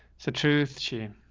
so truth shame.